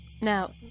Now